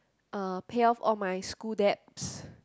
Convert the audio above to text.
uh pay off all my school debts